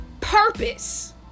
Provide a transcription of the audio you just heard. purpose